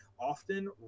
often